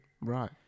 Right